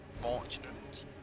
Fortunate